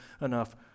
enough